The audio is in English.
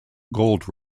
gold